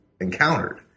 encountered